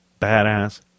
badass